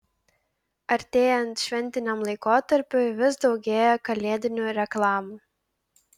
artėjant šventiniam laikotarpiui vis daugėja kalėdinių reklamų